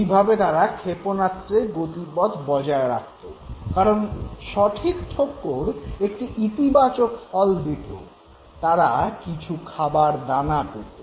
এইভাবে তারা ক্ষেপণাস্ত্রের গতিপথ বজায় রাখত কারণ সঠিক ঠোকর একটি ইতিবাচক ফল দিত তারা কিছু খাবার দানা পেত